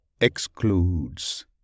excludes